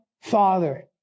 Father